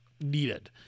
needed